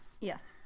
Yes